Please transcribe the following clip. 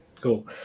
cool